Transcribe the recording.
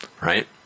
right